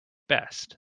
best